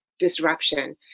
disruption